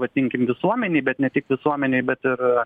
vadinkim visuomenėj bet ne tik visuomenėj bet ir